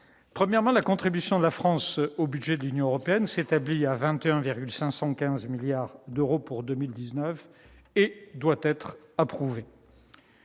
convergence ! La contribution de la France au budget de l'Union européenne s'établit à 21,515 milliards d'euros pour 2019. Elle doit être approuvée.